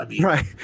Right